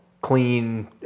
clean